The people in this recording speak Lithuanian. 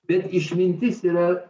bet išmintis yra